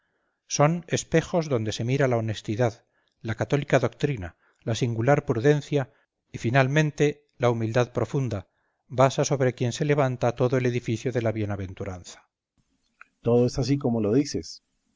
son espejos donde se mira la honestidad la católica dotrina la singular prudencia y finalmente la humildad profunda basa sobre quien se levanta todo el edificio de la bienaventuranza berganza todo es así como lo dices